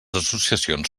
associacions